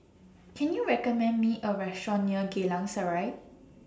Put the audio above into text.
Can YOU recommend Me A Restaurant near Geylang Serai